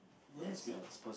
that's why